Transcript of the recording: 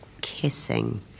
kissing